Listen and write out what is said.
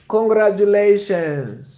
Congratulations